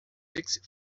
fixed